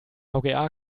vga